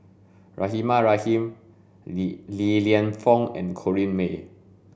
Rahimah Rahim Li Lienfung and Corrinne May